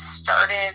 Started